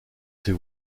ses